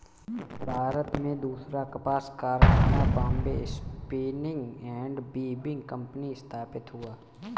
भारत में दूसरा कपास कारखाना Bombay spinning and weaving company स्थापित हुआ